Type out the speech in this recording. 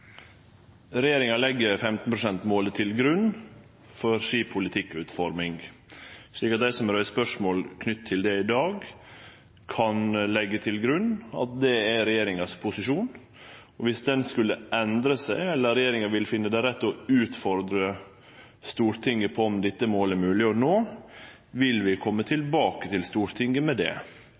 Regjeringa legg 15 pst.-målet til grunn for si politikkutforming, så dei som har spørsmål knytte til det i dag, kan leggje til grunn at det er posisjonen til regjeringa. Viss han skulle endre seg eller regjeringa skulle finne det rett å utfordre Stortinget på om dette målet er mogleg å nå, vil vi kome tilbake til Stortinget med det.